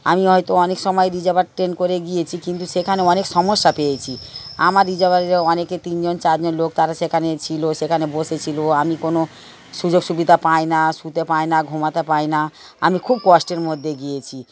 আমি হয়তো অনেক সময় রিজার্ভ ট্রেন করে গিয়েছি কিন্তু সেখানে অনেক সমস্যা পেয়েছি আমার রিজার্ভারিরা অনেকে তিনজন চারজন লোক তারা সেখানে ছিল সেখানে বসেছিল আমি কোনো সুযোগ সুবিধা পাই না শুতে পাই না ঘুমাতে পাই না আমি খুব কষ্টের মধ্যে গিয়েছি